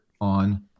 on